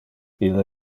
ille